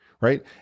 right